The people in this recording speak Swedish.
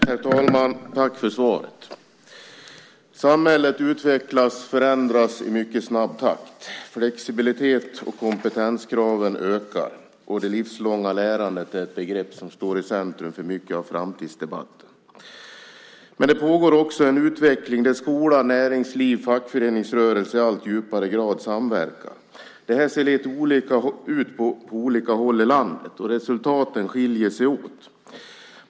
Herr talman! Tack för svaret! Samhället utvecklas och förändras i mycket snabb takt. Flexibilitets och kompetenskraven ökar. Det livslånga lärandet är ett begrepp som står i centrum för mycket av framtidsdebatten. Men det pågår också en utveckling där skola, näringsliv och fackföreningsrörelse samverkar i allt högre grad. Detta ser lite olika ut på olika håll i landet, och resultaten skiljer sig åt.